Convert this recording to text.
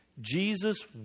Jesus